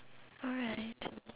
alright